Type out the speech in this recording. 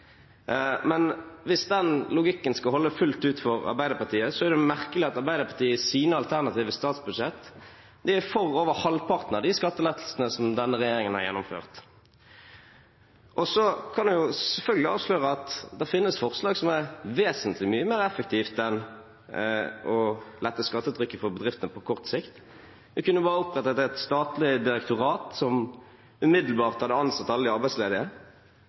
men hvis den logikken skal holde fullt ut for Arbeiderpartiet, er det merkelig at Arbeiderpartiet i sine alternative statsbudsjett er for over halvparten av de skattelettelsene som denne regjeringen har gjennomført. Så kan jeg selvfølgelig avsløre at det finnes forslag som er vesentlig mye mer effektive enn å lette skattetrykket for bedriftene på kort sikt. Vi kunne bare opprettet et statlig direktorat som umiddelbart hadde ansatt alle de arbeidsledige.